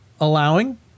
allowing